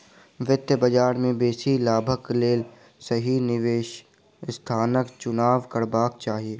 वित्तीय बजार में बेसी लाभक लेल सही निवेश स्थानक चुनाव करबाक चाही